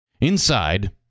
Inside